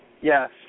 Yes